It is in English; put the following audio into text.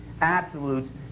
absolutes